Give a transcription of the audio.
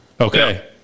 Okay